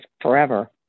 forever